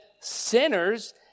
sinners